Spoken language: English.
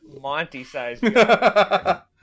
Monty-sized